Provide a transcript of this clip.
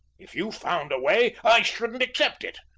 if you found a way, i shouldn't accept it.